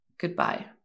goodbye